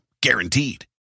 Guaranteed